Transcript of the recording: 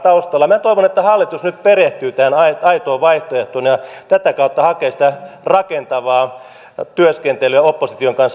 minä toivon että hallitus nyt perehtyy tähän aitoon vaihtoehtoon ja tätä kautta hakee sitä rakentavaa työskentelyä opposition kanssa